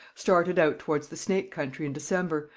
started out towards the snake country in december,